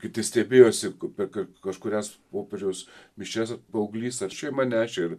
kiti stebėjosi kad per kažkurias popiežiaus mišias paauglys ar šeima nešė ir